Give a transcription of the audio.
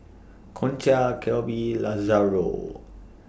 Concha Kelby Lazaro